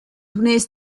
wnest